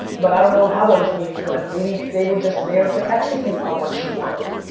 but i don't know how those meetings went. maybe they were just there to execute on what she wanted.